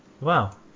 wow